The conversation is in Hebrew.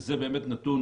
זה באמת נתון